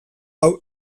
hau